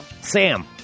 Sam